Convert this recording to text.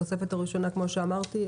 התוספת הראשונה כמו שאמרתי,